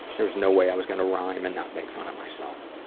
there's no way i was gonna rhyme and not make fun of myself.